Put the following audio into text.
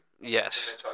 Yes